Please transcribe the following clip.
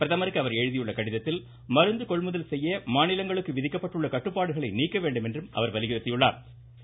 பிரதமருக்கு அவர் எழுதியுள்ள கடிதத்தில் மருந்து கொள்முதல் செய்ய மாநிலங்களுக்கு விதிக்கப்பட்ட கட்டுப்பாடுகளை நீக்க வேண்டும் என்றும் அவர் வலியுறுத்தியுள்ளா்